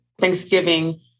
Thanksgiving